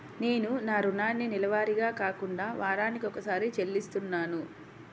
నేను నా రుణాన్ని నెలవారీగా కాకుండా వారానికోసారి చెల్లిస్తున్నాను